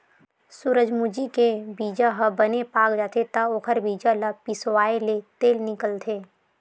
सूरजमूजी के बीजा ह बने पाक जाथे त ओखर बीजा ल पिसवाएले तेल निकलथे